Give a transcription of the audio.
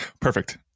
Perfect